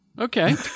Okay